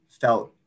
felt